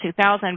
2000